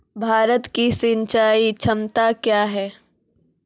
भारत की सिंचाई क्षमता क्या हैं?